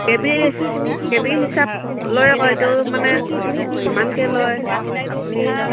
কে B K B হিচাপ লৈ আকৌ এইটো মানে কিমানকৈ লয় আপুনি